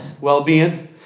well-being